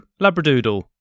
Labradoodle